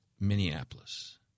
Minneapolis